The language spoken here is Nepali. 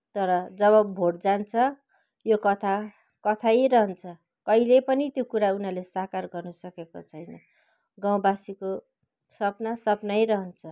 तर जब भोट जान्छ यो कथा कथै रहन्छ कहिले पनि त्यो कुरा उनीहरूले साकार गरिसकेको छैन गाउँवासीको सपना सपनै रहन्छ